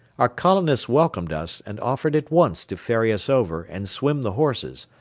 our colonist welcomed us and offered at once to ferry us over and swim the horses,